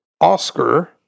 Oscar